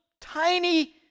tiny